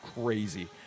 crazy